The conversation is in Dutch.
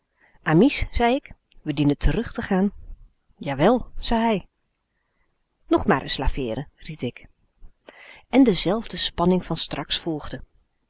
zei ik we dienen t e r u g te gaan jawel zei hij nog maar is laveeren ried ik en de zelfde spanning van straks volgde